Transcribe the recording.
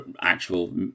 actual